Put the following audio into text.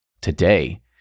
today